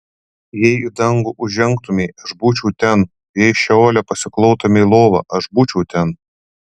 jei į dangų užžengtumei aš būčiau ten jei šeole pasiklotumei lovą aš būčiau ten